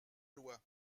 loi